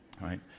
Right